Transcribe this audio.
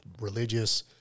religious